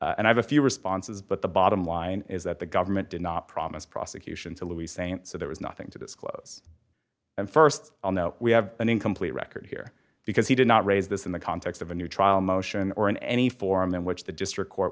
and i have a few responses but the bottom line is that the government did not promise prosecution to louis st so there was nothing to disclose and st of all no we have an incomplete record here because he did not raise this in the context of a new trial motion or in any forum in which the district court